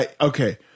Okay